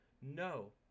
No